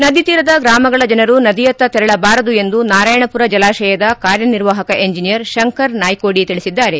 ನದಿ ತೀರದ ಗ್ರಾಮಗಳ ಜನರು ನದಿಯತ್ತ ತೆರಳಬಾರದು ಎಂದು ನಾರಾಯಣಪುರ ಜಲಾಶಯದ ಕಾರ್ಯನಿರ್ವಾಹಕ ಎಂಜಿನಿಯರ್ ಶಂಕರ್ ನಾಯೋಡಿ ತಿಳಿಸಿದ್ದಾರೆ